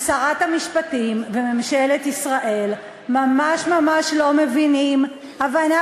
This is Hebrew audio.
ושרת המשפטים וממשלת ישראל ממש ממש לא מבינים הבנה